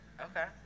okay